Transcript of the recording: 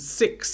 six